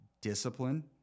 discipline